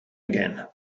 again